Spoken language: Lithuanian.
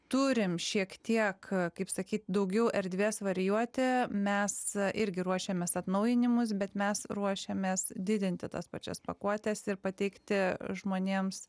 turim šiek tiek kaip sakyt daugiau erdvės varijuoti mes irgi ruošiamės atnaujinimus bet mes ruošiamės didinti tas pačias pakuotes ir pateikti žmonėms